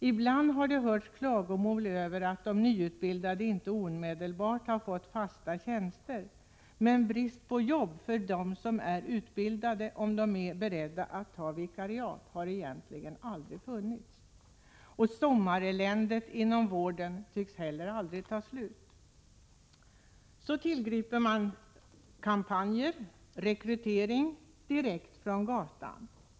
Ibland har det hörts klagomål över att de nyutbildade inte omedelbart fått fast tjänst, men brist på arbete för dem av de utbildade som är beredda att ta vikariat har egentligen aldrig funnits. Sommareländet inom vården tycks heller aldrig ta slut. Nu tillgriper man kampanjer och rekrytering direkt från gatan.